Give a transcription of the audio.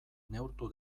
neurtu